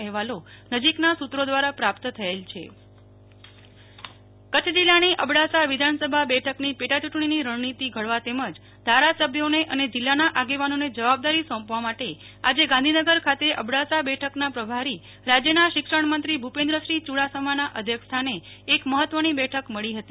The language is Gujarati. નેહલ ઠક્કર અબડાસા વિધાનસભા બેઠક કચ્છ જિલ્લાની અબડાસા વિધાનસભા બેઠકની પેટા ચૂંટણીની રણનીતિ ઘડવા તેમજ ધારાસભ્યોને અને જીલ્લાના આગેવાનોને જવાબદારી સોંપવા માટે આજે ગાંધીનગર ખાતે અબડાસા બેઠકના પ્રભારી રાજ્યના શિક્ષણમંત્રી ભૂપેન્દ્રસિંહ ચુડાસમાના અધ્યક્ષસ્થાને એક મહત્વની બેઠક મળી હતી